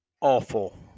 awful